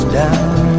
down